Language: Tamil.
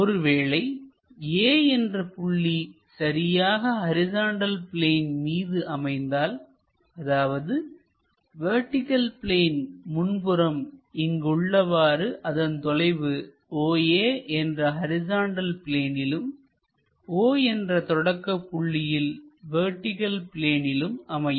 ஒருவேளை A என்ற புள்ளி சரியாக ஹரிசாண்டல் பிளேன் மீது அமைந்தால் அதாவது வெர்டிகள் பிளேன் முன்புறம் இங்கு உள்ளவாறு அதன் தொலைவு oA என்று ஹரிசாண்டல் பிளேனிலும்o என்ற தொடக்கப் புள்ளியில் வெர்டிகள் பிளேனிலும் அமையும்